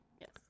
Yes